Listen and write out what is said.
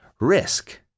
risk